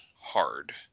hard